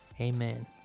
Amen